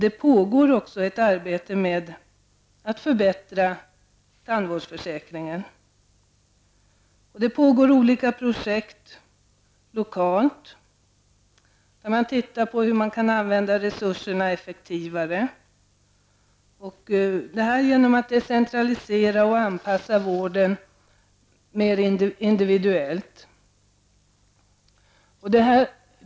Det pågår också ett arbete med att förbättra tandvårdsförsäkringen. Det finns olika lokala projekt, där man prövar hur man skall kunna använda resurserna effektivare genom att decentralisera och anpassa vården individuellt.